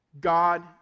God